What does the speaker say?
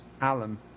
Alan